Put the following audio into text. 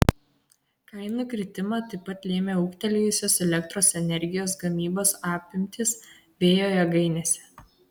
kainų kritimą taip pat lėmė ūgtelėjusios elektros energijos gamybos apimtys vėjo jėgainėse